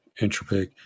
Entropic